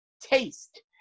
taste